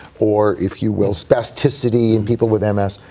or, if you will, spasticity in people with m s.